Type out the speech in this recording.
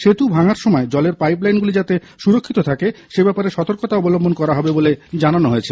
সেতু ভাঙার সময় জলের পাইপলাইনগুলি যাতে সুরক্ষিত থাকে সেব্যাপারে সতর্কতা অবলম্বন করা হবে বলে জানানো হয়েছে